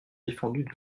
défendue